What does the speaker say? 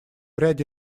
ряде